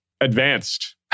advanced